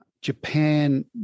Japan